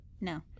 No